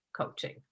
coaching